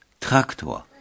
Traktor